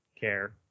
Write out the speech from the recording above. care